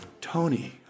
Tony